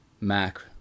Mac